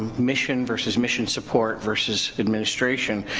mission versus mission support versus administration.